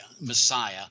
Messiah